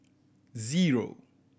zero